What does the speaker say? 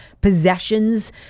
possessions